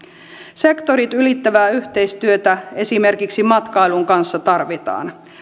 sektorit ylittävää yhteistyötä esimerkiksi matkailun kanssa tarvitaan